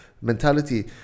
mentality